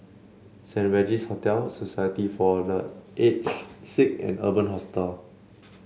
Saint Regis Hotel Society for The Aged Sick and Urban Hostel